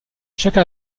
chaque